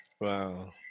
Wow